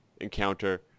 encounter